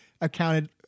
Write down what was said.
accounted